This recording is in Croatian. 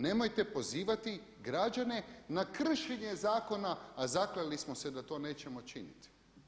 Nemojte pozivati građane na kršenje zakona a zakleli smo se da to nećemo činiti.